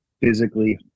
physically